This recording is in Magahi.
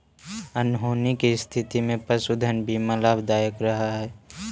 अनहोनी के स्थिति में पशुधन बीमा लाभदायक रह हई